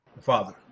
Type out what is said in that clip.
father